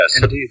Yes